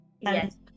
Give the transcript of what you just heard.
Yes